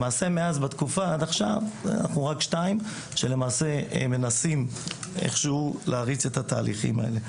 למעשה עד עכשיו אנחנו רק שניים שלמעשה מנסים להריץ את התהליכים האלה.